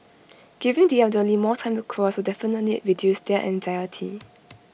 giving the elderly more time to cross will definitely reduce their anxiety